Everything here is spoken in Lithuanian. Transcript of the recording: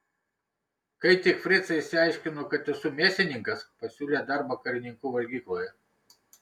kai tik fricai išsiaiškino kad esu mėsininkas pasiūlė darbą karininkų valgykloje